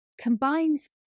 combines